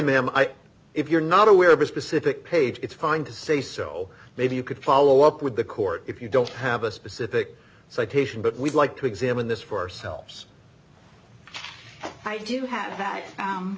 ma'am if you're not aware of a specific page it's fine to say so maybe you could follow up with the court if you don't have a specific citation but we'd like to examine this for ourselves i do have